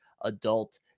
adult